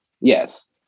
yes